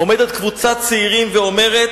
עומדת קבוצת צעירים ואומרת: